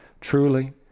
truly